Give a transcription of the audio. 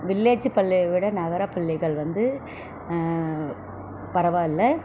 village பள்ளிகளை விட நகர பள்ளிகள் வந்து பரவாயில்லை